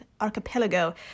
archipelago